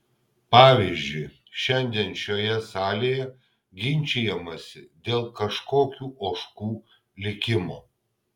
pavyzdžiui šiandien šioje salėje ginčijamasi dėl kažkokių ožkų likimo